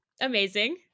amazing